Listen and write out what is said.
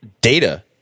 Data